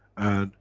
and